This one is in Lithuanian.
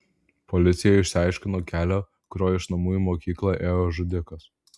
policija išsiaiškino kelią kuriuo iš namų į mokyklą ėjo žudikas